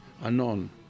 unknown